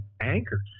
anchors